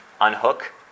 unhook